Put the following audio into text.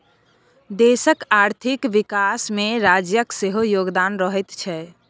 देशक आर्थिक विकासमे राज्यक सेहो योगदान रहैत छै